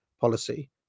policy